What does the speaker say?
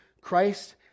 Christ